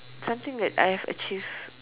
something that I have achieved